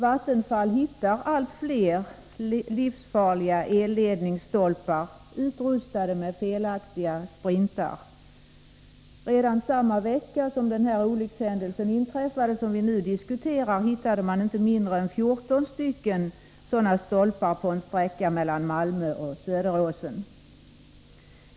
Vattenfall hittar allt fler livsfarliga elledningsstolpar utrustade med felaktiga sprintar. Redan samma vecka som den här olyckshändelsen inträffade hittade man inte mindre än 14 sådana stolpar på en sträcka mellan Malmö och Söderåsen.